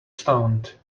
stoned